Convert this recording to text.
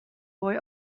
boy